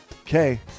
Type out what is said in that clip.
okay